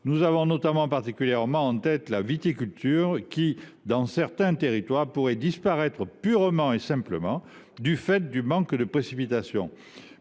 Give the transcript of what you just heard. Nous avons notamment en tête la viticulture qui, dans certains territoires, pourrait disparaître purement et simplement du fait du manque de précipitations.